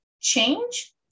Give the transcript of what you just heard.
change